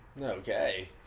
Okay